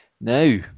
Now